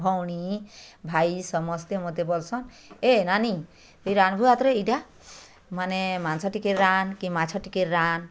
ଭଉଣୀ ଭାଇ ସମସ୍ତେ ମତେ ବୋଲସନ୍ ଏ ନାନୀ ଇ ରାନ୍ଧ୍ବୁ ଆଉଥରେ ଇଟା ମାନେ ମାଂସ ଟିକେ ରାନ୍ଧ୍ କି ମାଛ ଟିକେ ରାନ୍ଧ୍